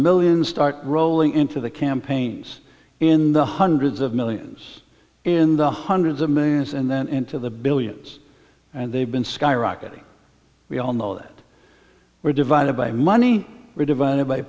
millions start rolling into the campaigns in the hundreds of millions in the hundreds of millions and then into the billions and they've been skyrocketing we all know that we're divided by money we're divided by